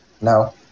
No